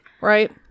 Right